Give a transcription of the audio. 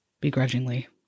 begrudgingly